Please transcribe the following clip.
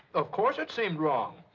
of course it seemed wrong!